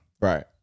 Right